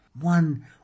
One